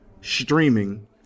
streaming